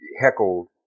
heckled